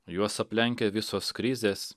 juos aplenkia visos krizės